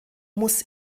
muss